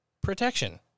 protection